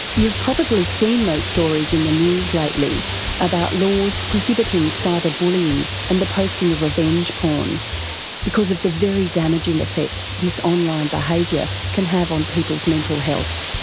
you've probably seen those stories in the news lately about laws prohibiting cyber bullying and the posting of revenge porn because of the very damaging effects this online behaviour can have on people's mental health.